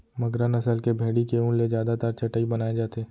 मगरा नसल के भेड़ी के ऊन ले जादातर चटाई बनाए जाथे